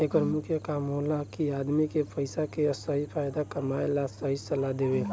एकर मुख्य काम होला कि आदमी के पइसा के सही फायदा कमाए ला सही सलाह देवल